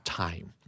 time